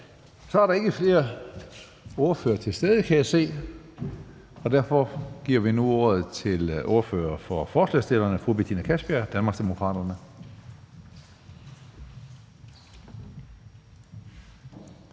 Så er der ikke flere ordførere til stede, kan jeg se. Derfor giver vi nu ordet til ordføreren for forslagsstillerne, fru Betina Kastbjerg, Danmarksdemokraterne.